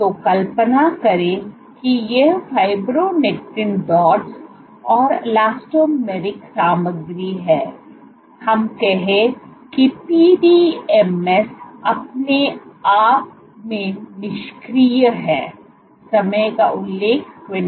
तो कल्पना करें कि ये फाइब्रोनेक्टिन डॉट्स और इलास्टोमेरिक सामग्री हैं हम कहे कि पीडीएमएस PDMS अपने आप में निष्क्रिय है समय का उल्लेख 2023